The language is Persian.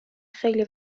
خیلی